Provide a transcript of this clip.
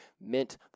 meant